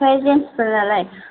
ओमफ्राय जेन्सफोरनालाय